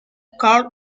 karl